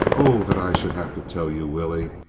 oh that i should have to tell you, willie!